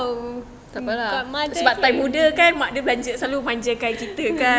the mother